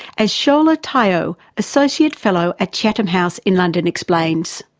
as sola tayo, associate fellow at chatham house in london explains.